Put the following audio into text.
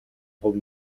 хувь